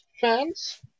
fans